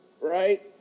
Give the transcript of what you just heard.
right